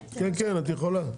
כן, את יכולה.